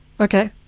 Okay